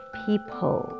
people